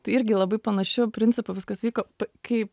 tai irgi labai panašiu principu viskas vyko kai